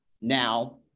now